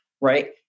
Right